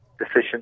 Decision